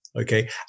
Okay